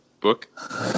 book